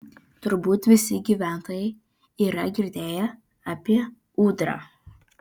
turbūt visi gyventojai yra girdėję apie ūdrą